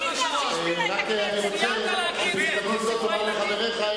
אני רוצה בהזדמנות זו לומר לחבריך,